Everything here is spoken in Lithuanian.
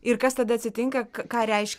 ir kas tada atsitinka ka ką reiškia